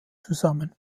zusammen